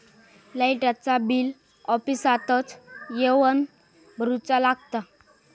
लाईटाचा बिल ऑफिसातच येवन भरुचा लागता?